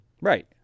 Right